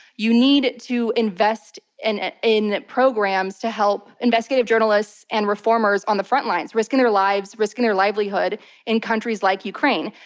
you need to invest and and in programs to help investigative journalists and reformers on the front lines, risking their lives, risking their livelihood in countries like ukraine.